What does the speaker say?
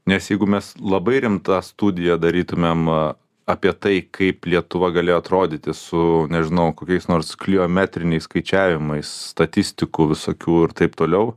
nes jeigu mes labai rimtą studiją darytumėm a apie tai kaip lietuva galėjo atrodyti su nežinau kokiais nors kliometriniais skaičiavimais statistikų visokių ir taip toliau